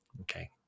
Okay